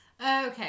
Okay